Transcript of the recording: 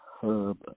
hub